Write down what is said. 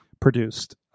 produced